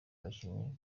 abakinnyi